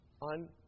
on